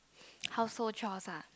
household chores ah